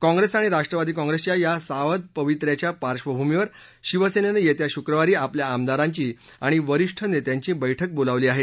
काँग्रेस आणि राष्ट्रवादी काँग्रेसच्या या सावध पवित्र्याच्या पाक्षभभूमीवर शिवसेनेनं येत्या शुक्रवारी आपल्या आमदारांची आणि वरिष्ठ नेत्यांची बैठक बोलावली आहे